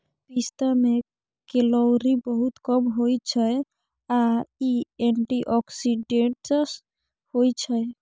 पिस्ता मे केलौरी बहुत कम होइ छै आ इ एंटीआक्सीडेंट्स होइ छै